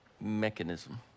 mechanism